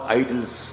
idols